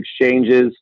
exchanges